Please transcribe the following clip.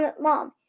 Mom